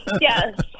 yes